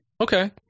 Okay